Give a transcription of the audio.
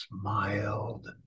smiled